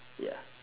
ya